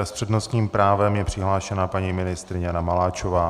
S přednostním právem je přihlášena paní ministryně Jana Maláčová.